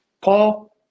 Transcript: Paul